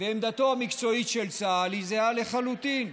עמדתו המקצועית של צה"ל זהה לחלוטין.